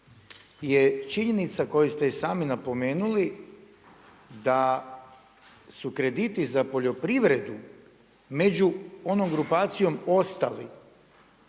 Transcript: je činjenica koju ste i sami napomenuli da su krediti za poljoprivredu među onom grupacijom Ostali,